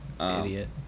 Idiot